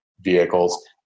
vehicles